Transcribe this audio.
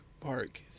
Park